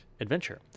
adventure